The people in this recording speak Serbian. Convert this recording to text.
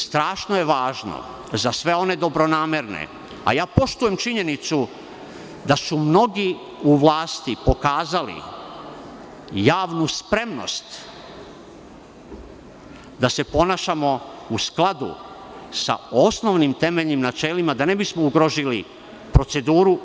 Strašno je važno za sve one dobronamerne, a poštujem činjenicu da su mnogi u vlasti pokazali javnu spremnost da se ponašamo u skladu sa osnovnim temeljnim načelima da ne bismo ugrozili proceduru.